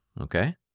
okay